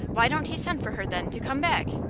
why don't he send for her, then, to come back?